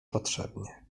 potrzebnie